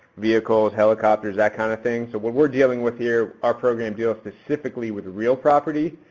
vehicles, helicopters, that kind of thing. so what we're dealing with here, our program deals specifically with real property